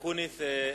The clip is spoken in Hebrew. הכנסת,